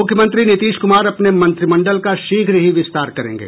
मुख्यमंत्री नीतीश कुमार अपने मंत्रिमंडल का शीघ्रही विस्तार करेंगे